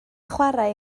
chwarae